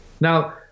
Now